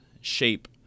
shape